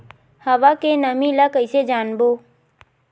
हवा के नमी ल कइसे जानबो?